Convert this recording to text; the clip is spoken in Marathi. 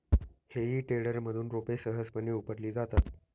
हेई टेडरमधून रोपे सहजपणे उपटली जातात